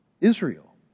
Israel